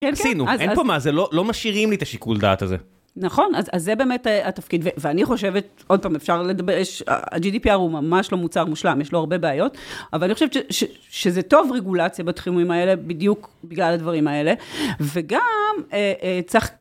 כן כן. עשינו, אין פה מה זה, לא, לא משאירים לי את השיקול דעת הזה. נכון, אז, אז זה באמת התפקיד, ו.. ואני חושבת, עוד פעם, אפשר לדבר, ה-GDPR הוא ממש לא מוצר מושלם, יש לו הרבה בעיות, אבל אני חושבת ש, ש, שזה טוב רגולציה בתחומים האלה, בדיוק בגלל הדברים האלה, וגם אה... צריך...